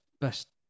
best